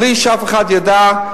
בלי שאף אחד ידע,